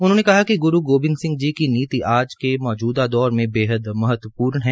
उन्होंने कहा कि ग्रू गोबिंद सिंह जी की नीति आज के मौजूदा दौर में बेहद महत्वपूर्ण है